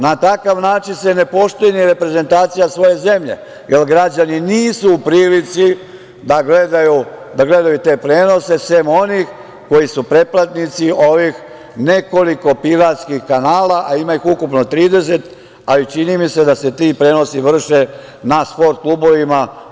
Na takav način se ne poštuje ni reprezentacija svoje zemlje, jer građani nisu u prilici da gledaju te prenose, sem onih koji su pretplatnici ovih nekoliko piratskih kanala, a ima ih ukupno 30, a i čini mi se da se ti prenosi vrše na „Sport klubovima“